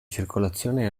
circolazione